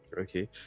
okay